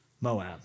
Moab